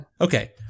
Okay